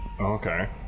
Okay